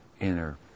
inner